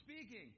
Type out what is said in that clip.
speaking